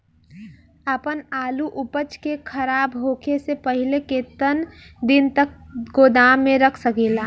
आपन आलू उपज के खराब होखे से पहिले केतन दिन तक गोदाम में रख सकिला?